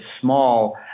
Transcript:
small